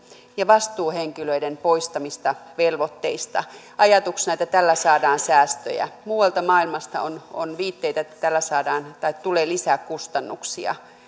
ja vastuuhenkilöiden poistamista velvoitteista ajatuksena on että tällä saadaan säästöjä muualta maailmasta on on viitteitä että tällä tulee lisää kustannuksia